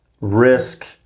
risk